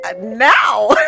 now